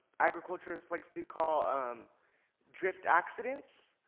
agriculturists like to call um drift accidents,